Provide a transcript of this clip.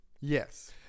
Yes